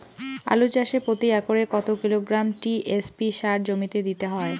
আলু চাষে প্রতি একরে কত কিলোগ্রাম টি.এস.পি সার জমিতে দিতে হয়?